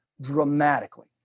dramatically